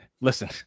listen